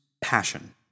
passion